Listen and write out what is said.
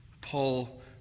Paul